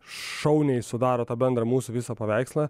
šauniai sudaro tą bendrą mūsų visą paveikslą